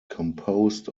composed